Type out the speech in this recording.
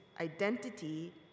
identity